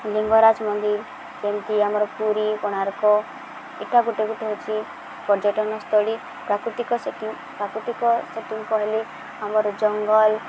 ଲିଙ୍ଗରାଜ ମନ୍ଦିର ଯେମିତି ଆମର ପୁରୀ କୋଣାର୍କ ଏଟା ଗୋଟେ ଗୋଟେ ହେଉଛି ପର୍ଯ୍ୟଟନସ୍ଥଳୀ ପ୍ରାକୃତିକ ସେଟିଂ ପ୍ରାକୃତିକ ସେଟିଂ ହେଲେ ଆମର ଜଙ୍ଗଲ